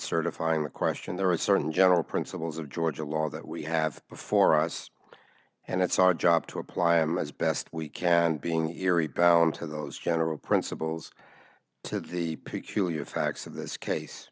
certifying the question there are certain general principles of georgia law that we have before us and it's our job to apply and as best we can being eerie bound to those general principles to the peculiar facts of this case